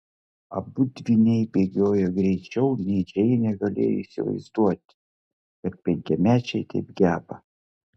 abu dvyniai bėgiojo greičiau nei džeinė galėjo įsivaizduoti kad penkiamečiai taip geba